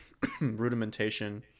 rudimentation